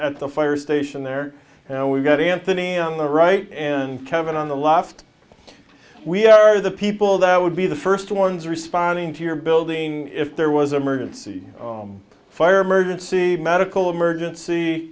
at the fire station there and we've got anthony on the right and kevin on the left we are the people that would be the first ones responding to your building if there was a merge and see fire emergency medical emergency